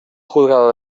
juzgado